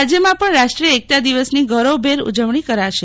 રાજ્યમાં પણ રાષ્ટ્રીય એકતા દિવસને ગૌરવભેર ઉજવણી કરાશે